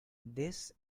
this